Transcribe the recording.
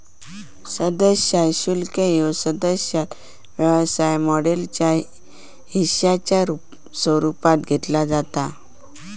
सदस्यता शुल्क ह्या सदस्यता व्यवसाय मॉडेलच्या हिश्शाच्या स्वरूपात घेतला जाता